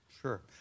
Sure